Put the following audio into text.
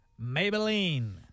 Maybelline